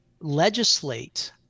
legislate